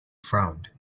frowned